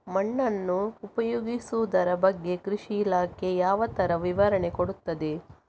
ಮಣ್ಣನ್ನು ಉಪಯೋಗಿಸುದರ ಬಗ್ಗೆ ಕೃಷಿ ಇಲಾಖೆ ಯಾವ ತರ ವಿವರಣೆ ಕೊಡುತ್ತದೆ?